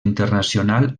internacional